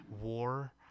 war